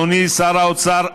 אדוני שר האוצר,